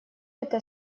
это